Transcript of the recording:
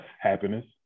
happiness